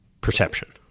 perception